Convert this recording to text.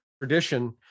tradition